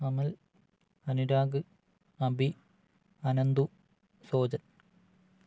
Amal Anurag Abi Anandu Sojan